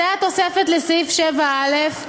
זו התוספת לסעיף 7(א).